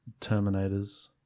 Terminators